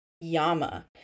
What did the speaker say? Yama